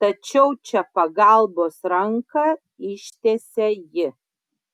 tačiau čia pagalbos ranką ištiesia ji